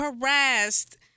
harassed